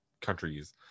countries